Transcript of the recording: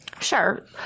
Sure